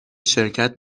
شرکت